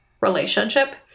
relationship